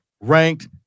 ranked